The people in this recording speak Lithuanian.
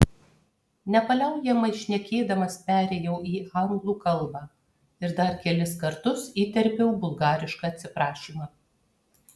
nepaliaujamai šnekėdamas perėjau į anglų kalbą ir dar kelis kartus įterpiau bulgarišką atsiprašymą